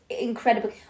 incredible